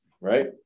right